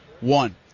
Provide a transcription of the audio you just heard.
One